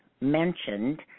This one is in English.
mentioned